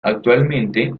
actualmente